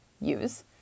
use